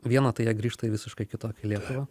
viena tai jie grįžta į visiškai kitokią lietuvą